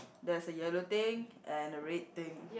there's a yellow thing and a red thing